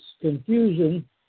confusion